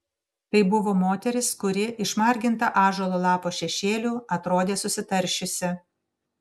tai buvo moteris kuri išmarginta ąžuolo lapo šešėlių atrodė susitaršiusi